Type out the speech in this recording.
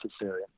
necessary